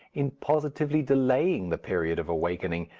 in positively delaying the period of awakening,